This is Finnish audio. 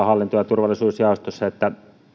hallinto ja turvallisuusjaoston kuulemisten perusteella että